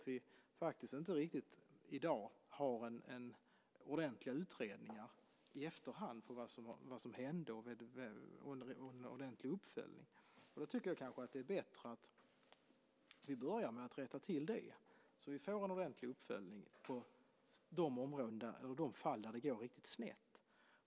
Vi har inte i dag riktigt ordentliga utredningar i efterhand av vad som hände och ordentliga uppföljningar. Jag tycker kanske att det är bättre att vi börjar med att rätta till det så att vi får en ordentlig uppföljning av de fall där det har gått riktigt snett.